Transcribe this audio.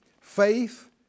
faith